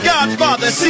Godfather